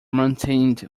maintained